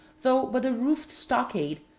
though but a roofed stockade,